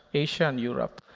asia, and europe.